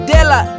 Della